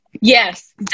Yes